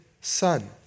son